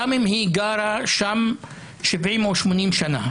גם אם היא גרה שם 70 או 80 שנה.